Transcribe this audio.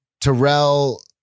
Terrell